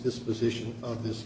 disposition of this